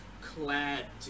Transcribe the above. clad